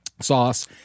sauce